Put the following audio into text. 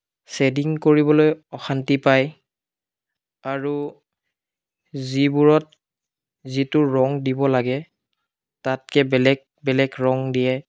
shading কৰিবলৈ অশান্তি পায় আৰু যিবোৰত যিটো ৰং দিব লাগে তাতকৈ বেলেগ বেলেগ ৰং দিয়ে